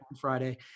Friday